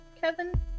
Kevin